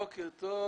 בוקר טוב.